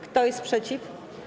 Kto jest przeciw?